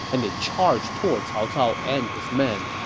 and they charged toward cao cao and his men